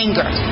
Anger